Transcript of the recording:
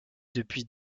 depuis